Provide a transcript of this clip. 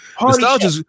nostalgia